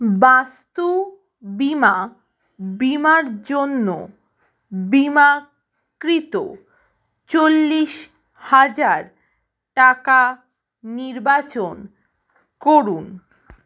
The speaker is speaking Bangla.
বাস্তুবীমা বীমার জন্য বিমাকৃত চল্লিশ হাজার টাকা নির্বাচন করুন